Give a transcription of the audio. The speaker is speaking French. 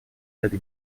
cette